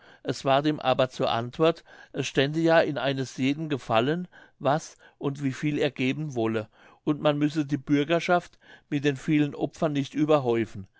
es ward ihm aber zur antwort es stände ja in eines jeden gefallen was und wieviel er geben wolle und man müsse die bürgerschaft mit den vielen opfern nicht überhäufen